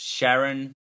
Sharon